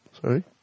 Sorry